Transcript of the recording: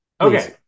Okay